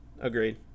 agreed